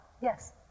Yes